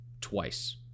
twice